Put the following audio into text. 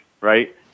right